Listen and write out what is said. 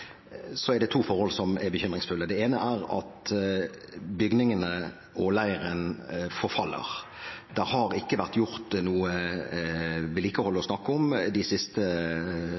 er det to forhold som er bekymringsfulle. Det ene er at bygningene og leiren forfaller. Det har ikke vært noe vedlikehold å snakke om de siste